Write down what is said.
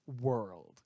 world